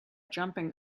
jumping